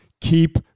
keep